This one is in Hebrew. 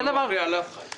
זה לא מפריע לאף אחד.